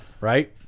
right